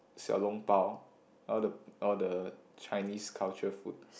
Xiao-Long-Bao all the all the Chinese culture food